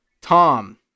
Tom